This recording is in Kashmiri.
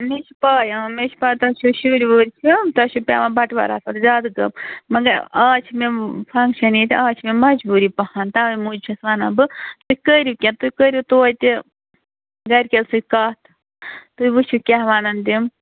مےٚ چھِ پَے مےٚ چھِ پَے تۄہہِ چھُو شُرۍ وُرۍ چھِ تۄہہِ چھُو پٮ۪وان بَٹواراتھوار زیادٕ کٲم مگر آز چھِ مےٚ فَنٛگشَن ییٚتہِ آز چھِ مےٚ مَجبوٗری پَہن تَوے موٗج چھَس وَنان بہٕ تُہۍ کٔرِو کیٚنٛہہ تُہۍ کٔرِو توتہِ گَرکٮ۪ن سۭتۍ کَتھ تُہۍ وٕچھِو کیٛاہ وَنَن تِم